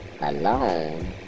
alone